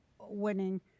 winning